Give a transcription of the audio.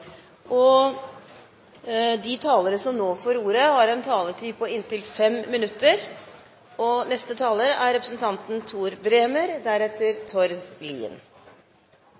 redusert. De talere som heretter får ordet, har en taletid på inntil 3 minutter. Det har i det siste vore mykje diskusjon og